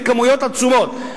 בכמויות עצומות.